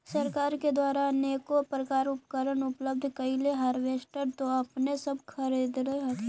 सरकार के द्वारा अनेको प्रकार उपकरण उपलब्ध करिले हारबेसटर तो अपने सब धरदे हखिन?